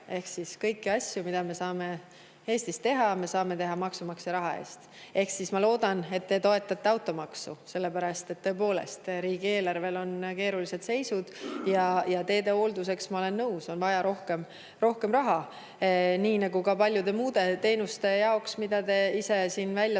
kõiki asju, mida me saame Eestis teha, me saame teha maksumaksja raha eest. Ehk ma loodan, et te toetate automaksu, sest tõepoolest on riigieelarve keerulises seisus. Teede hoolduseks, ma olen nõus, on vaja rohkem raha, nii nagu ka paljude muude teenuste jaoks, mida te ise välja